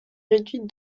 réduite